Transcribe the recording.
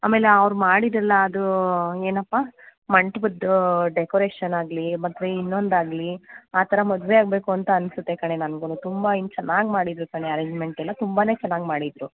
ಆಮೇಲೆ ಅವ್ರು ಮಾಡಿದ್ರು ಅಲ್ಲಾ ಅದು ಏನಪ್ಪ ಮಂಟಪದ ಡೆಕೋರೇಷನ್ ಆಗಲಿ ಮತ್ತೆ ಇನ್ನೊಂದು ಆಗಲಿ ಆ ಥರ ಮದುವೆ ಆಗಬೇಕು ಅಂತ ಅನಿಸುತ್ತೆ ಕಣೇ ನನಗುನು ತುಂಬಾ ಏನು ಚೆನ್ನಾಗಿ ಮಾಡಿದರು ಕಣೇ ಅರೆಂಜ್ಮೆಂಟ್ ಎಲ್ಲ ತುಂಬಾ ಚೆನ್ನಾಗಿ ಮಾಡಿದ್ದರು